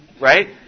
Right